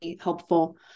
helpful